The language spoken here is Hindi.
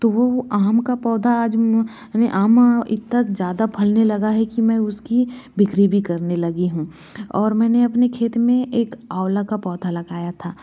तो वो आम का पौधा आज आम इतना ज़्यादा फलने लगा है कि मैं उसकी बिक्री भी करने लगी हूँ और मैंने अपनी खेत में एक आवला का पौधा लगाया था